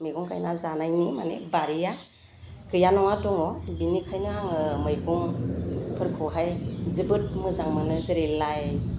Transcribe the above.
मैगं गायना जानायनि माने बारिया गैया नङा दङ बिनिखायनो आङो मैगंफोरखौहाय जोबोद मोजां मोनो जेरै लाइ